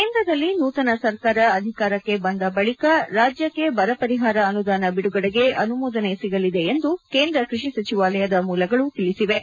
ಕೇಂದ್ರದಲ್ಲಿ ನೂತನ ಸರ್ಕಾರ ಅಧಿಕಾರಕ್ಕೆ ಬಂದ ಬಳಿಕ ರಾಜ್ಯಕ್ಕೆ ಬರ ಪರಿಹಾರ ಅನುದಾನ ಬಿಡುಗಡೆಗೆ ಅನುಮೋದನೆ ಸಿಗಲಿದೆ ಎಂದು ಕೇಂದ್ರ ಕೃಷಿ ಸಚಿವಾಲಯದ ಮೂಲಗಳು ತಿಳಿಸಿವೆ